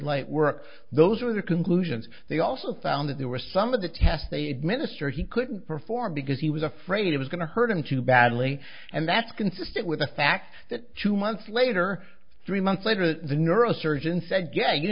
light were those are the conclusions they also found that there were some of the tests they administer he couldn't perform because he was afraid it was going to hurt him too badly and that's consistent with the fact that two months later three months later the neurosurgeon said yeah you